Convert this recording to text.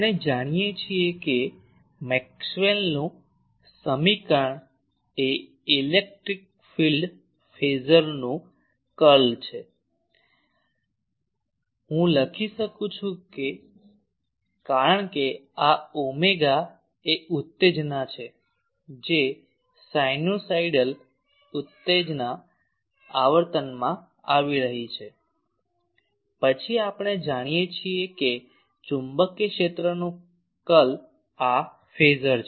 આપણે જાણીએ છીએ કે મેક્સવેલનું સમીકરણ એ ઇલેક્ટ્રિક ફીલ્ડ ફેઝરનું કર્લ છે કે હું લખી શકું છું કારણ કે આ ઓમેગા એ ઉત્તેજના છે જે સાઇનસાઇડિયલ ઉત્તેજના આવર્તનમાં આવી રહી છે પછી આપણે જાણીએ છીએ કે ચુંબકીય ક્ષેત્રનું કર્લ આ ફેઝર છે